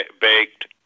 Baked